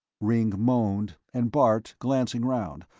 ringg moaned, and bart, glancing round,